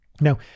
Now